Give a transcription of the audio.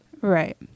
Right